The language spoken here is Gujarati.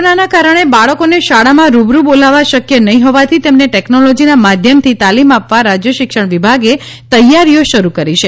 કોરોનાના કારણે બાળકોને શાળામાં રૂબરૂ બોલાવવા શક્ય નહીં હોવાથી તેમને ટેકનોલોજીના માધ્યમથી તાલિમ આપવા રાજ્યના શિક્ષણ વિભાગે તૈયારીઓ શરૂ કરી છે